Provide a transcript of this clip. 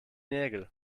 nägel